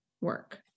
work